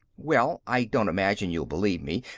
well, i don't imagine you'll believe me,